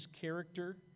character